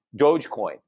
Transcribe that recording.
Dogecoin